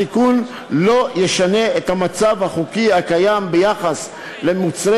התיקון לא ישנה את המצב החוקי הקיים ביחס למוצרי